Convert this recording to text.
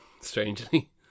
strangely